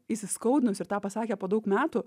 įsiskaudinus ir tą pasakė po daug metų